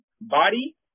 body